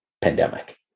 pandemic